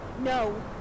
No